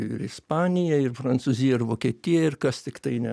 ir ispanija ir prancūzija ir vokietija ir kas tiktai ne